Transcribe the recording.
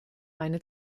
eine